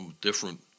different